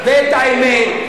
ואת האמת, מה זה "ממשלת נתניהו"?